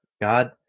god